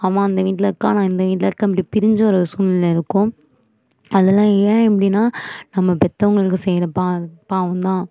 அவன் அந்த வீட்டில இருக்கான் நான் இந்த வீட்டில இருக்கேன் இப்படி பிரிஞ்ச ஒரு சூல்நிலையில் இருக்கோம் அதெல்லாம் ஏன் இப்படின்னா நம்ம பெத்தவங்களுக்கு செய்யற பா பாவம் தான்